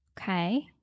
Okay